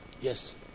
yes